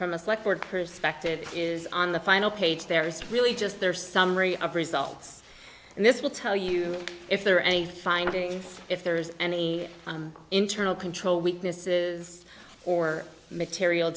board perspective is on the final page there is really just their summary of results and this will tell you if there are any findings if there is any internal control weaknesses or material